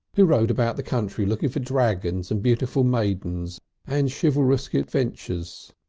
who rode about the country looking for dragons and beautiful maidens and chivalresque adventures.